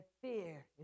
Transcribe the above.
fear